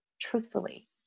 truthfully